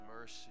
mercy